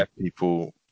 people